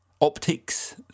optics